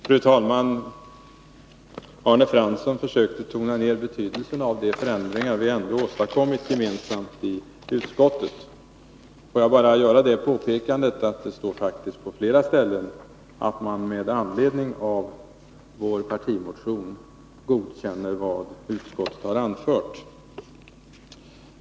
Fru talman! Arne Fransson försökte tona ner betydelsen av de förändringar vi ändå åstadkommit gemensamt i utskottet. Får jag bara göra det påpekandet att det faktiskt på flera ställen står att utskottet med anledning av vår partimotion hemställer att riksdagen skall godkänna vad utskottet har anfört.